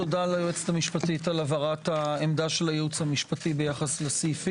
תודה ליועצת המשפטית על הבהרת העמדה של הייעוץ המשפטי ביחס לסעיפים.